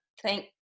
thank